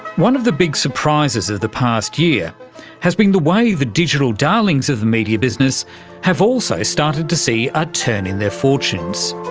one of the big surprises of the past year has been the way the digital darlings of the media business have also started to see a turn in their fortunes.